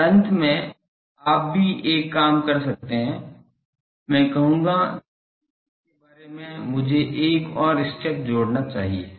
और अंत में आप भी एक काम कर सकते हैं मैं कहूंगा कि इसके बाद मुझे एक और स्टेप जोड़ना चाहिए